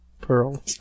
Pearl